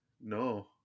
no